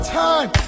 time